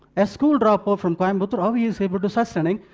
a school dropout from coimbatore, how he is able to sustaining?